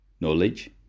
knowledge